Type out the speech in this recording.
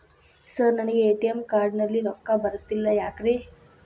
Sir ನನಗೆ ATM card ನಲ್ಲಿ ರೊಕ್ಕ ಬರತಿಲ್ಲ ಯಾಕ್ರೇ?